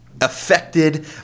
affected